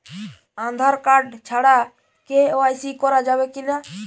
Aadhaar card ছাড়া KYC করা যাবে কি না?